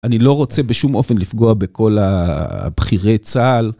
אני לא רוצה בשום אופן לפגוע בכל בכירי צה״ל.